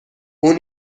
اون